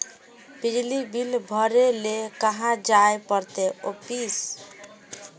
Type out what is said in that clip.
बिजली बिल भरे ले कहाँ जाय पड़ते ऑफिस?